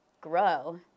grow